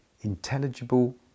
intelligible